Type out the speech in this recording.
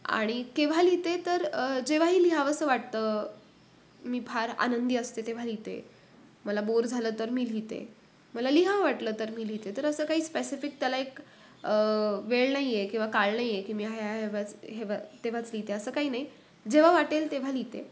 आणि केव्हा लिहिते तर जेव्हाही लिहावंसं वाटतं मी फार आनंदी असते तेव्हा लिहिते मला बोर झालं तर मी लिहिते मला लिहावं वाटलं तर मी लिहिते तर असं काही स्पेसिफिक त्याला एक वेळ नाही आहे किंवा काळ नाही आहे की मी ह्या ह्या हेवाच हेवा तेव्हाच लिहिते असं काही नाही जेव्हा वाटेल तेव्हा लिहिते